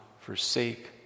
forsake